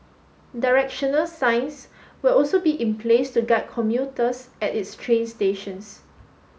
directional signs will also be in place to guide commuters at its train stations